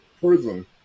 prison